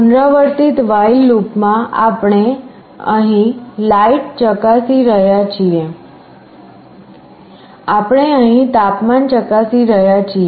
પુનરાવર્તિત while લૂપમાં આપણે અહીં લાઈટ ચકાસી રહ્યા છીએ આપણે અહીં તાપમાન ચકાસી રહ્યા છીએ